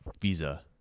visa